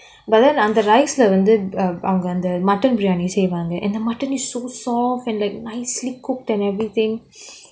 but then அந்த:antha rice leh வந்து அவுங்க அந்த:vanthu avunga antha mutton briyani செய்வாங்க:seivaanga and the mutten is so soft and like nicely cooked and everything